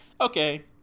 Okay